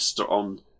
on